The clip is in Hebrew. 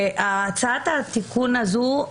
הצעת התיקון הזאת,